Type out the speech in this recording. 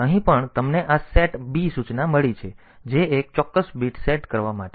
તો અહીં પણ તમને આ સેટ b સૂચના મળે છે જે એક ચોક્કસ બીટ સેટ કરવા માટે છે